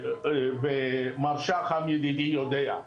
ומר שחם ידידי יודע,